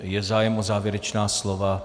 Je zájem o závěrečná slova?